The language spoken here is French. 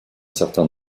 certain